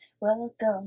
welcome